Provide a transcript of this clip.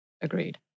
Agreed